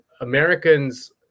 Americans